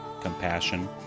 compassion